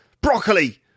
broccoli